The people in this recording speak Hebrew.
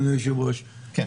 אדוני היושב-ראש,